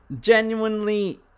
Genuinely